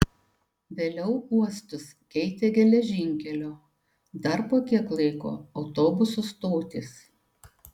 vėliau uostus keitė geležinkelio dar po kiek laiko autobusų stotys